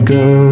go